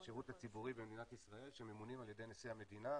בשירות הציבורי במדינת ישראל שממונים על ידי נשיא המדינה.